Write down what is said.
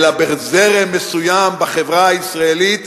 אלא בזרם מסוים בחברה הישראלית,